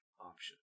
option